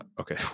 okay